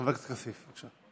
חבר הכנסת כסיף, בבקשה.